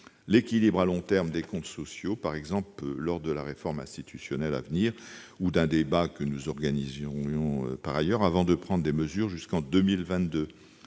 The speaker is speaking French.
l'équilibre à long terme des comptes sociaux, par exemple lors de la réforme institutionnelle à venir ou d'un débat que nous organiserions en ce sens, avant de prendre des mesures jusqu'en 2022.